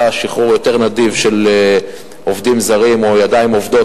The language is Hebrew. היה שחרור יותר נדיב של עובדים זרים או ידיים עובדות,